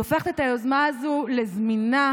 היא הופכת את היוזמה הזאת לזמינה,